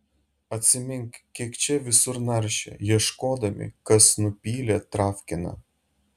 atsimink kiek čia visur naršė ieškodami kas nupylė travkiną